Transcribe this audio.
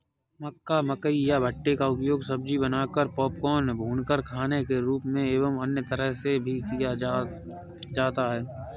मक्का, मकई या भुट्टे का उपयोग सब्जी बनाकर, पॉपकॉर्न, भूनकर खाने के रूप में एवं अन्य तरह से भी किया जाता है